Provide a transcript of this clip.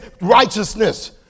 righteousness